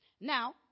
Now